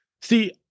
See